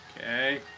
Okay